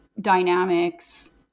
dynamics